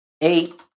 Eight